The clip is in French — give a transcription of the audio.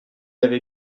avait